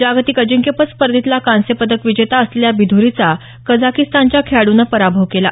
जागतिक अजिंक्यपद स्पर्धेतला कांस्य पदक विजेता असलेल्या बिध्रीचा कझाकीस्थानच्या खेळाडूनं पराभव केला